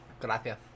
Gracias